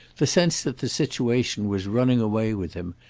the sense that the situation was running away with him,